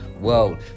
world